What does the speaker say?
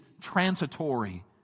transitory